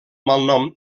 malnom